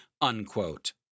unquote